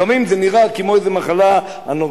לפעמים זה נראה כמו איזו מחלה אנורקטית,